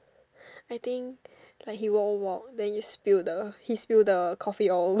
I think like he walk walk then he spill the he spill the coffee all